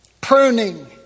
Pruning